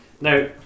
Now